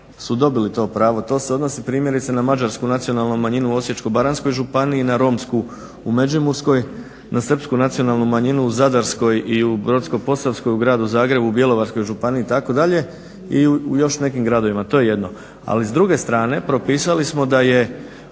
su dobili to pravo. To se odnosi primjerice na Mađarsku nacionalnu manjinu u Osječko-baranjskoj županiji, na Romsku u Međimurskoj, na Srpsku nacionalnu manjinu u Zadarskoj i u Brodsko-posavskoj u gradu Zagrebu, u Bjelovarsku itd. i u još nekim gradovima, to je jedno. Ali s druge strane propisali smo da je